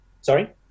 Sorry